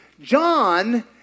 John